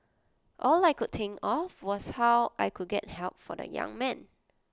all I could think of was how I could get help for the young man